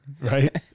Right